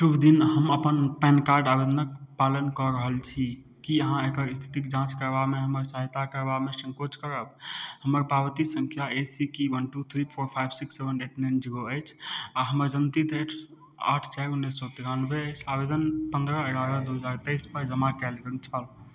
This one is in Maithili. शुभ दिन हम अपन पैन कार्ड आवेदनक पालन कऽ रहल छी की अहाँ एकर स्थितिक जाँच करबामे हमर सहायता करबामे संकोच करब हमर पावती संख्या A C K one two three four five six seven eight nine zero अछि आ हमर जन्म तिथि अछि आठ चारि उन्नैस सए तिरानबे अछि आवेदन पन्द्रह एगारह दू हजार तइस पर जमा कएल गेल छल